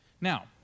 Now